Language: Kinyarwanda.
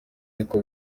niko